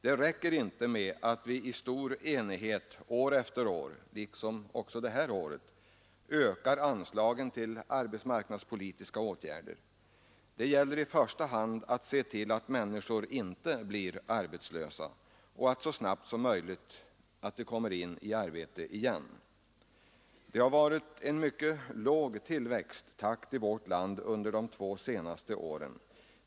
Det räcker inte med att vi i stor enighet år efter år, liksom också det här året, ökar anslagen till arbetsmarknadspolitiska åtgärder. Det gäller i första hand att se till att människor inte blir arbetslösa och att de — om de blir det — så snabbt som möjligt kommer in i arbete igen. Det har varit en mycket låg tillväxttakt i vårt land under de två senaste åren.